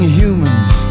humans